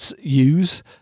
use